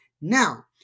Now